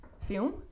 film